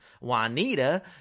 Juanita